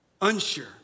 unsure